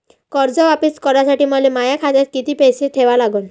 कर्ज वापिस करासाठी मले माया खात्यात कितीक पैसे ठेवा लागन?